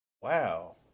Wow